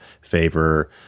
favor